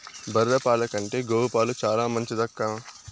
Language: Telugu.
బర్రె పాల కంటే గోవు పాలు చాలా మంచిదక్కా